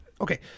Okay